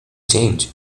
change